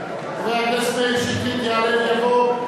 שטרית יעלה ויבוא.